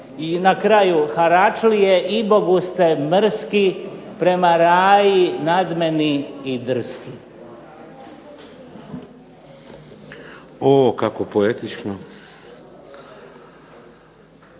I na kraju haračlije i Bogu ste mrski, prema raji nadmeni i drski. **Šeks, Vladimir